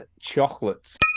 chocolates